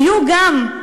היו גם,